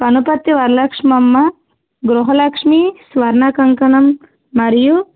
కనుపర్తి వరలక్ష్మమ్మ గృహలక్ష్మీ స్వర్ణ కంకణం మరియు